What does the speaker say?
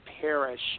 perish